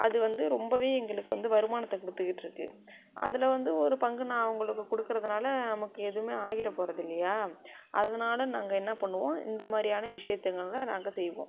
அது வந்து ரொம்பவே எங்களுக்கு வந்து வருமானத்தை கொடுத்துக்குட்டு இருக்குது அதில் வந்து ஒரு பங்கு நான் அவங்களுக்கு கொடுக்குறதுனால நமக்கு எதுவுமே ஆகிட போறதில்லையா அதனால நாங்கள் என்ன பண்ணுவோம் இந்த மாதிரியான விஷயத்துங்களில் நாங்கள் செய்வோம்